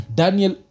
daniel